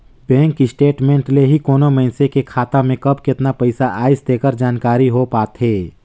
bank statement ले ही कोनो मइसने के खाता में कब केतना पइसा आइस तेकर जानकारी हो पाथे